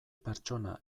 pertsona